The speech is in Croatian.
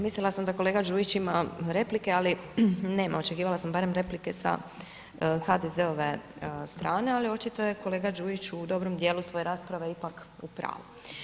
Mislila sam da kolega Đujić ima replike, ali nema, očekivala sam barem replike sa HDZ-ove strane, ali očito je kolega Đujić u dobrom dijelu svoje rasprave ipak u pravu.